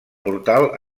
portal